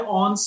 on